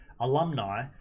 alumni